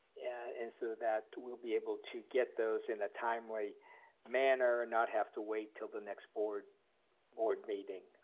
and so that we'll be able to get those in a timely manner, not have to wait till the next board board meeting.